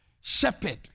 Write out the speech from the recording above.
shepherd